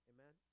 Amen